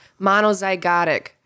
monozygotic